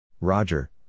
Roger